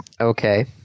Okay